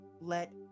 let